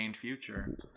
future